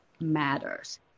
matters